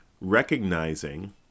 recognizing